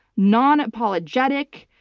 non-apologetic,